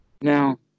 Now